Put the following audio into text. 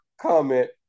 comment